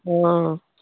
অঁ